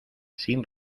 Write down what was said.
sin